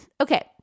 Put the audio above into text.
Okay